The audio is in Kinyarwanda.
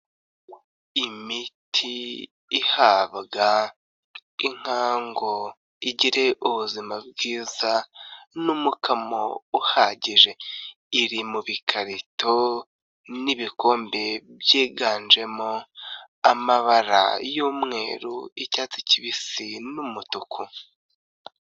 Imiti ihabwa inka ngo igire ubuzima bwiza n'umukamo uhagije, iri mu bikarito n'ibikombe byiganjemo amabara: y'umweru, icyatsi kibisi n'umutuku.